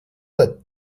that